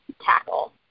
tackle